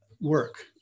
work